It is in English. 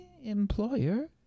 employer